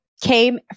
came